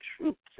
troops